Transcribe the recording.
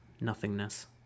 nothingness